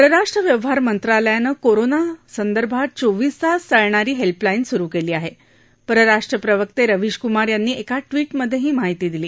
परराष्ट्र व्यवहार मंत्रालयानं कोरोना संदर्भात चोविस तास चालणारी हख्विलाईन सुरू कल्वी आह परराष्ट्र प्रवर्त्त रेवीशकुमार यांनी एका विजध्याही माहिती दिली